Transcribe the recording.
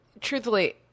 truthfully